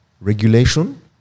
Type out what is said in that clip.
regulation